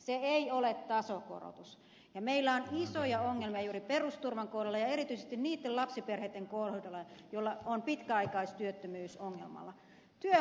se ei ole tasokorotus ja meillä on isoja ongelmia juuri perusturvan kohdalla ja erityisesti niitten lapsiperheitten kohdalla joilla on pitkäaikaistyöttömyys ongelmana